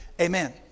Amen